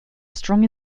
strong